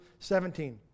17